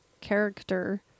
character